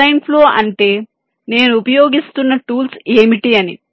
design flow అంటే నేను ఉపయోగిస్తున్న టూల్స్ ఏమిటి అని